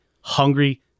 hungry